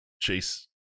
chase